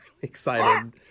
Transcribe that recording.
excited